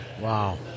Wow